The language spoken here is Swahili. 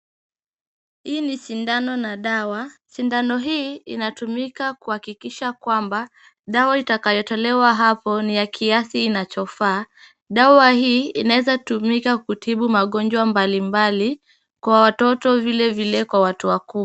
Hii ni sindano na dawa, sindano hii inatumika kuhakikisha kwamba dawa itakayotolewa hapo ni ya kiasi inachofaa, dawa hii inaweza tumika kutibu magonjwa mbalimbali kwa watoto vilevile kwa watu wakubwa